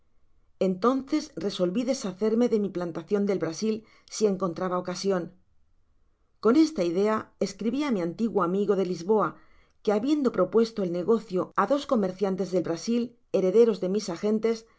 entonces resolvi deshacerme de mi plantacion del bra sil si encontraba ocasion con esta idea escribi á mi antiguo amigo de lisboa que habiendo propuesto el negocio ádos comerciantes del brasil herederos de mis agentes le